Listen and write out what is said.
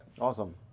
Awesome